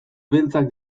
beltzak